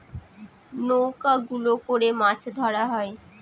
নৌকা গুলো করে মাছ ধরা হয়